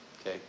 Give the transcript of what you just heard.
Okay